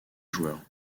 joueurs